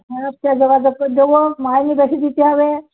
আচ্চা যোগাযোগ কর দেবো মাইনে বেশি দিতে হবে